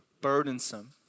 burdensome